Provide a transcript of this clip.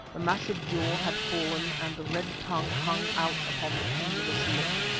the massive jaw had fallen and the red tongue hung out upon the pendulous lip.